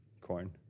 Corn